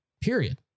Period